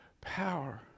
power